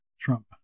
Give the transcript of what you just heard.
Trump